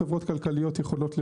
חברות כלכליות יכולות לבצע,